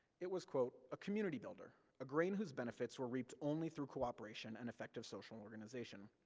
it was, a community builder, a grain whose benefits were reaped only through cooperation, and effective social organization.